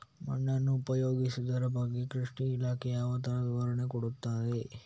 ಮಣ್ಣನ್ನು ಉಪಯೋಗಿಸುದರ ಬಗ್ಗೆ ಕೃಷಿ ಇಲಾಖೆ ಯಾವ ತರ ವಿವರಣೆ ಕೊಡುತ್ತದೆ?